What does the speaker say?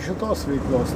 šitos veiklos